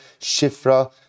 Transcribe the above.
Shifra